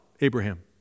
Abraham